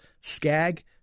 Skag